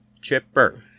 chipper